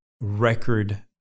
record